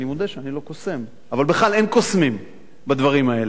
אני מודה שאני לא קוסם אבל בכלל אין קוסמים בדברים האלה.